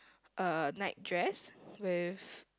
uh night dress with